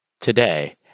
today